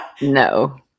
No